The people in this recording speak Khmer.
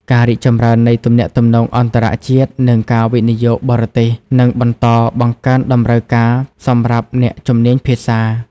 ការរីកចម្រើននៃទំនាក់ទំនងអន្តរជាតិ និងការវិនិយោគបរទេស នឹងបន្តបង្កើនតម្រូវការសម្រាប់អ្នកជំនាញភាសា។